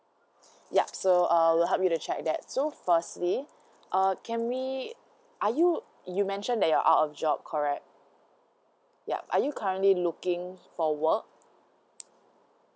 yup so err we'll help you to check that so firstly err can we are you you mention that you're out of job correct ya are you currently looking for work